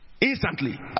Instantly